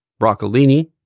broccolini